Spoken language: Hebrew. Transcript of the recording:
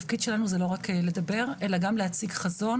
התפקיד שלנו זה לא רק לדבר אלא גם להציג חזון